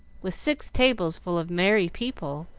with six tables full of merry people,